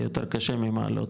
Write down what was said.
יהיה יותר קשה במעלות,